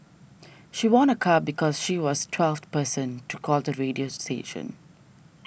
she won a car because she was twelfth person to call the radio station